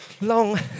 long